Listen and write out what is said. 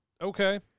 Okay